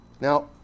Now